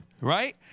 Right